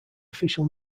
official